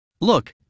Look